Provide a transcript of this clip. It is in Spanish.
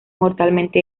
mortalmente